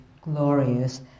glorious